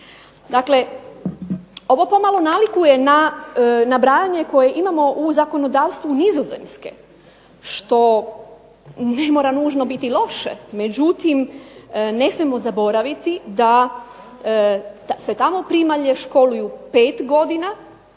Dakle, ovo pomalo nalikuje na nabrajanje koje imamo u zakonodavstvu Nizozemske što ne mora nužno biti loše, međutim ne smijemo zaboraviti da se tamo primalje školuju pet godina